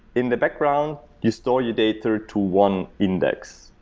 in the background, um your store your data to one index,